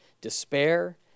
despair